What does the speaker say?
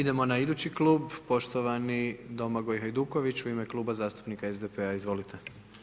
Idemo na idući klub, poštovani Domagoj Hajduković u ime Kluba zastupnika SDP-a, izvolite.